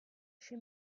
she